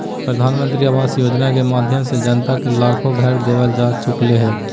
प्रधानमंत्री आवास योजना के माध्यम से जनता के लाखो घर देवल जा चुकलय हें